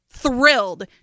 thrilled